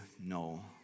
no